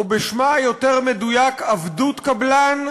או בשמה היותר-מדויק עבדות קבלן,